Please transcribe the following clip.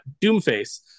Doomface